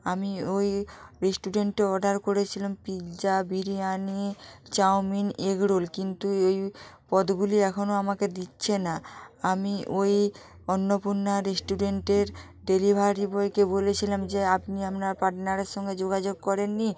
আমি ওই রেস্টুরেন্টে অর্ডার করেছিলাম pizza biryani chowmein egg roll কিন্তু এই পদগুলি এখনো আমাকে দিচ্ছে না আমি ওই অন্নপূর্ণা রেস্টুরেন্টের ডেলিভারি বয়কে বলেছিলাম যে আপনি আপনার পার্টনারের সঙ্গে যোগাযোগ করেননি